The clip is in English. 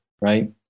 right